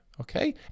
Okay